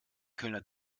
kölner